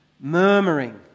murmuring